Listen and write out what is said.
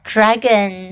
Dragon